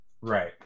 Right